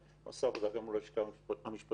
שעשה עבודה מול הלשכה המשפטית.